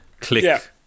Click